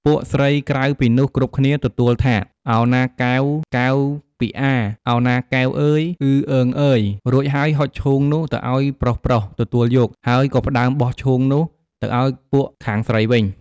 ពួកស្រីក្រៅពីនោះគ្រប់គ្នាទទួលថា «ឱណាកែវកែវពិអា ឱណាកែវ អឺយ អឺអឺងអឺយ!» រួចហើយហុចឈូងនោះទៅអោយប្រុសៗ ទទួយក ហើយក៏ផ្ដើមបោះឈូងនោះទៅអោយពួកខាងស្រីវិញ។